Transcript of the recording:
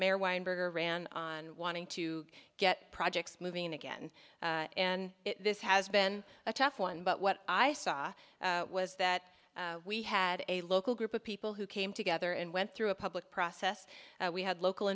mayor weinberger ran on wanting to get projects moving again and this has been a tough one but what i saw was that we had a local group of people who came together and went through a public process we had local